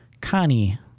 Connie